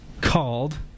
called